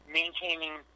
maintaining